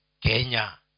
Kenya